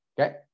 okay